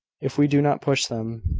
if we do not push them.